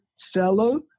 fellow